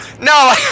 No